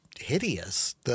hideous